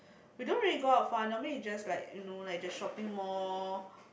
we don't really go out far normally we just like you know like just shopping mall